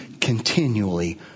continually